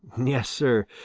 yes, sir,